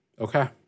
Okay